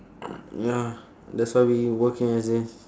ya that's why we working as if